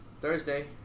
Thursday